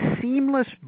seamless